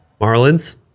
Marlins